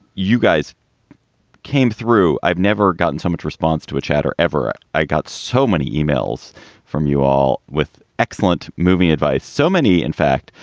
you guys came through. i've never gotten so much response to a chatter ever. i got so many e-mails from you all with excellent movie advice. so many, in fact,